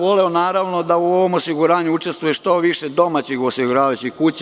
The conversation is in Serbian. Voleo bih, naravno, da u ovom osiguranju učestvuje što više domaćih osiguravajućih kuća.